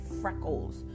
freckles